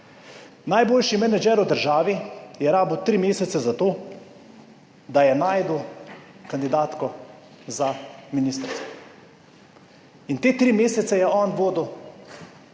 Najboljši menedžer v državi je rabil tri mesece za to, da je našel kandidatko za ministrico in te tri mesece je on vodil